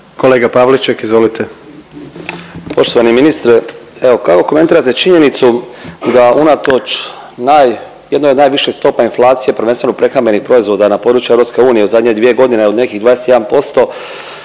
suverenisti)** Poštovani ministre evo kako komentirate činjenicu da unatoč naj… jednoj od najviših stopa inflacije prvenstveno prehrambenih proizvoda na području EU u zadnje 2 godine od nekih 27%